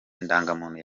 indangamuntu